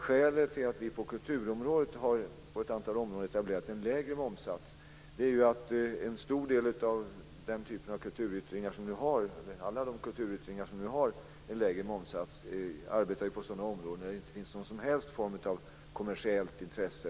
Skälet till att vi på ett antal punkter inom kulturområdet har etablerat en lägre momssats är att en stor del av de kulturyttringar med en lägre momssats som vi har inte har någon som helst form av vinstintresse.